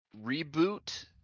reboot